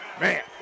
Man